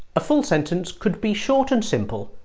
a full sentence could be short and simple,